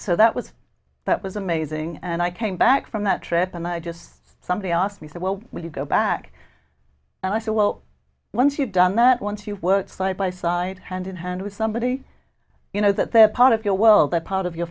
so that was that was amazing and i came back from that trip and i just somebody asked me said well when you go back and i said well once you've done that once you've worked side by side hand in hand with somebody you know that they're part of your world that part of your